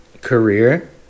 career